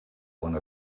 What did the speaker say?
one